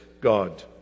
God